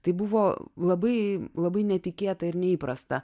tai buvo labai labai netikėta ir neįprasta